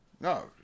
No